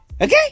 Okay